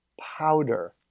powder